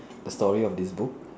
the story of this book